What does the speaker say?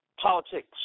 politics